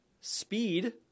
speed